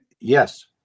Yes